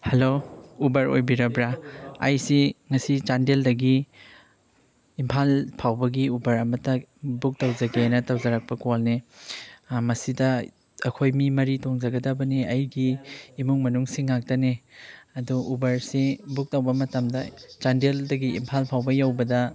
hello Uber ꯑꯣꯏꯕꯤꯔꯕ꯭ꯔ ꯑꯩꯁꯤ ꯉꯁꯤ ꯆꯥꯟꯗꯦꯜꯗꯒꯤ ꯏꯝꯐꯥꯜ ꯐꯥꯎꯕꯒꯤ ꯎꯕꯔ ꯑꯃꯇ ꯕꯨꯛ ꯇꯧꯖꯒꯦꯅ ꯇꯧꯖꯔꯛꯄ ꯀꯣꯜꯅꯦ ꯃꯁꯤꯗ ꯑꯩꯈꯣꯏ ꯃꯤ ꯃꯔꯤ ꯇꯣꯡꯖꯒꯗꯕꯅꯤ ꯑꯩꯒꯤ ꯏꯃꯨꯡ ꯃꯅꯨꯡꯁꯤꯡ ꯉꯥꯛꯇꯅꯤ ꯑꯗꯨ ꯎꯕꯔꯁꯤ ꯕꯨꯛ ꯇꯧꯕ ꯃꯇꯝꯗ ꯆꯥꯟꯗꯦꯜꯗꯒꯤ ꯏꯝꯐꯥꯜ ꯐꯥꯎꯕ ꯌꯧꯕꯗ